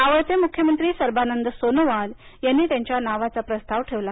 मावळते मुख्यमंत्री सर्वानंद सोनोवाल यांनी त्यांच्या नावाचा प्रस्ताव ठेवला